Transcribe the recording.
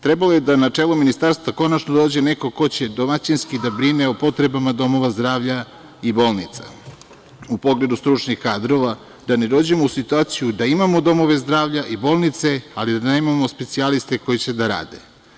Trebalo je da na čelu ministarstva dođe neko ko će domaćinski da brine o potrebama domova zdravlja i bolnica, u pogledu stručnih kadrova, da ne dođemo u situaciju da imamo domove zdravlja i bolnice, a da nemamo specijaliste koji će da rade.